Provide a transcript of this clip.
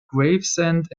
gravesend